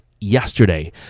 yesterday